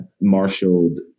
marshaled